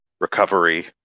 recovery